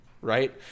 Right